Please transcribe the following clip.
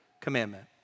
commandment